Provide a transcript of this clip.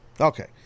Okay